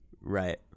right